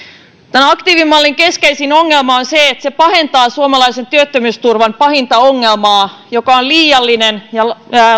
tämän aktiivimallin keskeisin ongelma on se että se pahentaa suomalaisen työttömyysturvan pahinta ongelmaa joka on liiallinen ja